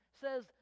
says